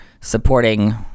supporting